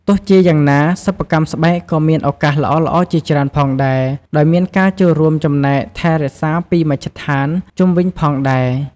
ទោះជាយ៉ាងណា សិប្បកម្មស្បែកក៏មានឱកាសល្អៗជាច្រើនផងដែរ ដោយមានការចូលរួមចំណែកថែរក្សាពីមជ្ឃដ្ឋានជុំវិញផងដែរ។